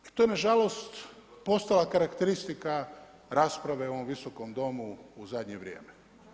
I to je na žalost postala karakteristika rasprave u ovom Visokom domu u zadnje vrijeme.